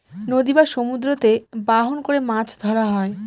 নদী বা সমুদ্রতে বাহন করে মাছ ধরা হয়